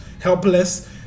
helpless